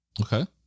Okay